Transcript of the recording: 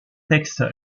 texte